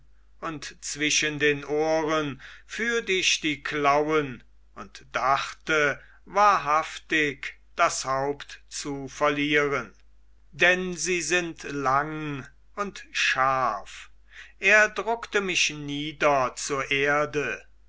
und zwischen den ohren fühlt ich die klauen und dachte wahrhaftig das haupt zu verlieren denn sie sind lang und scharf er druckte mich nieder zur erde